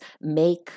make